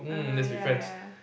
(uh huh) yeah yeah